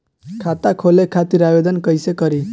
खाता खोले खातिर आवेदन कइसे करी?